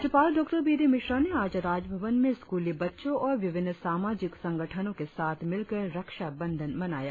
राज्यपाल Dr B D Mishra ने आज राजभवन में स्क्रली बच्चों और विभिन्न सामाजिक संगठनों के साथ मिलकर रक्षा बंधन मनाया